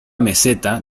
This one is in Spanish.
meseta